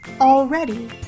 already